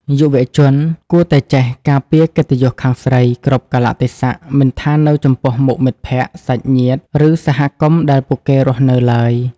យុវជនគួរតែចេះ "ការពារកិត្តិយសខាងស្រី" គ្រប់កាលៈទេសៈ មិនថានៅចំពោះមុខមិត្តភក្តិ សាច់ញាតិ ឬសហគមន៍ដែលពួកគេរស់នៅឡើយ។